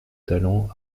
talent